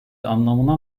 anlamına